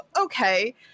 okay